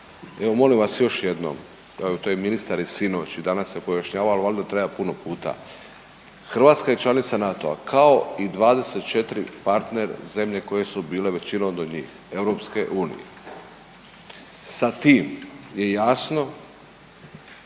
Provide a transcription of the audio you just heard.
Evo molim vas još jednom, to je ministar i sinoć i danas je pojašnjavao ali valjda treba puno puta. Hrvatska je članica NATO-a kao i 24 partner zemlje koje su bile većinom od njih EU sa tim je jasno